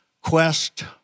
quest